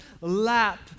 lap